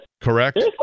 correct